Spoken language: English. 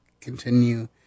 continue